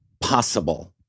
possible